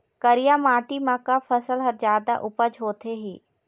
करिया माटी म का फसल हर जादा उपज होथे ही?